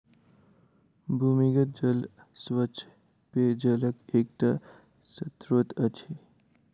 भूमिगत जल स्वच्छ पेयजलक एकटा स्त्रोत अछि